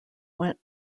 went